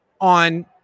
on